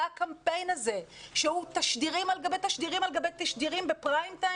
הקמפיין הזה שהוא תשדירים על גבי תשדירים על גבי תשדירים בפריים טיים